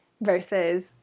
versus